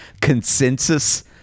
consensus